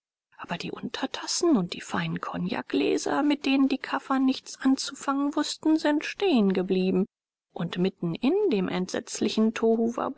aber die untertassen und die feinen kognakgläser mit denen die kaffern nichts anzufangen wußten sind stehen geblieben und mitten in dem entsetzlichen